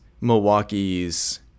milwaukee's